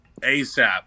asap